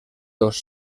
dos